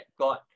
God